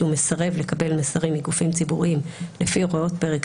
שהוא מסרב לקבל מסרים מגופים ציבוריים לפי הוראות פרק